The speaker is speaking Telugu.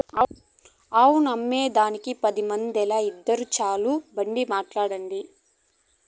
ఆవులమ్మేదానికి పది మందేల, ఇద్దురు చాలు బండి మాట్లాడండి